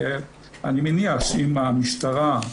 ואני מניח שאם המשטרה,